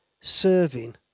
serving